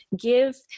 give